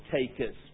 takers